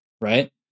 Right